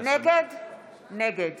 נגד